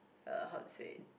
uh how to say